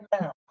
now